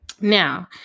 Now